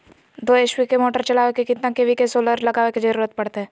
दो एच.पी के मोटर चलावे ले कितना के.वी के सोलर लगावे के जरूरत पड़ते?